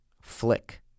Flick